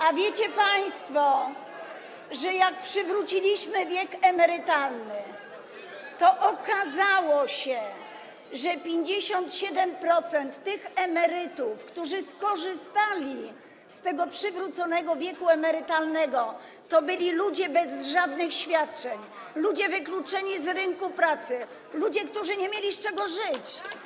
A wiecie państwo, że jak przywróciliśmy wiek emerytalny, to okazało się, że 57% emerytów, którzy skorzystali z przywróconego wieku emerytalnego, to byli ludzie bez żadnych świadczeń, ludzie wykluczeni z rynku pracy, ludzie, którzy nie mieli z czego żyć?